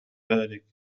ذلك